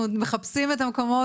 אנחנו עוד מחפשים את המקומות,